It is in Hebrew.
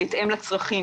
בהתאם לצרכים,